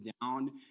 down